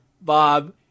Bob